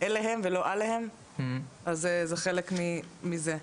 אליהם ולא עליהם, אז זה חלק מזה.